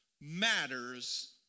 matters